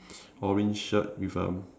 orange shirt with a